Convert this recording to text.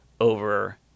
over